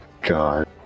god